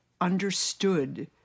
understood